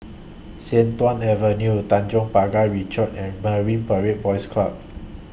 Sian Tuan Avenue Tanjong Pagar Ricoh and Marine Parade Boys Club